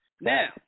Now